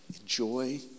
Enjoy